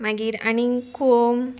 मागीर आनीक खोंम